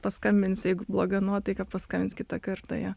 paskambinsiu jeigu bloga nuotaika paskambins kitą kartą jo